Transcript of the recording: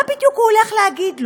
מה בדיוק הוא הולך להגיד לו?